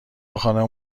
خانوم